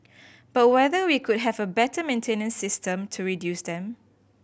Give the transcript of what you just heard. but whether we could have a better maintenance system to reduce them